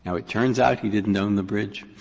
and it turns out he didn't own the bridge.